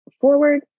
forward